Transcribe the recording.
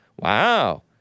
Wow